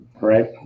right